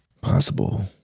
Possible